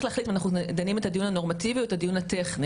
להחליט אם אנחנו דנים את הדיון הנורמטיבי או הדיון הטכני